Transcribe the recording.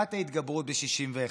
לפסקת התגברות ב-61.